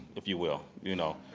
if you will. you know.